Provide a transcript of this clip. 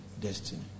destiny